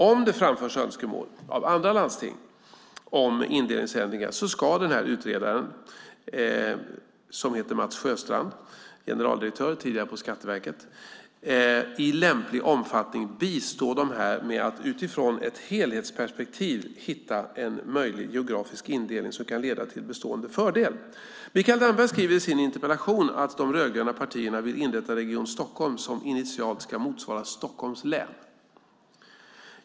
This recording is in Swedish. Om önskemål framförs av andra landsting om indelningsändringar, ska utredaren - som heter Mats Sjöstrand, tidigare generaldirektör på Skatteverket - i lämplig omfattning bistå dessa med att, utifrån ett helhetsperspektiv, hitta en möjlig geografisk indelning som kan leda till bestående fördel. Mikael Damberg skriver i sin interpellation att de rödgröna partierna vill inrätta Region Stockholm, som initialt ska motsvara Stockholms län.